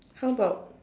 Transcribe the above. how about